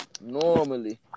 normally